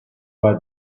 why